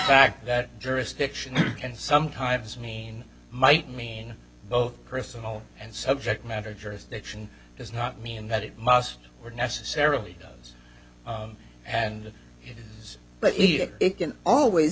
back that jurisdiction can sometimes mean might mean both personal and subject matter jurisdiction does not mean that it must were necessarily does and does but it can always